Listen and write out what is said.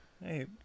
Hey